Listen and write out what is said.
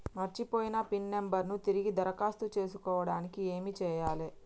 మర్చిపోయిన pin number ను తిరిగి దరఖాస్తు చేసుకోవడానికి ఏమి చేయాలే?